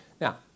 Now